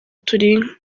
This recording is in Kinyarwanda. turi